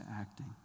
acting